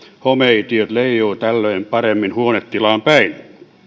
homeitiöt leijuvat tällöin paremmin huonetilaan päin